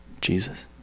jesus